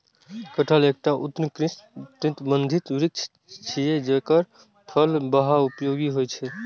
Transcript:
कटहल एकटा उष्णकटिबंधीय वृक्ष छियै, जेकर फल बहुपयोगी होइ छै